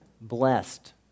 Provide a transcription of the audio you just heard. blessed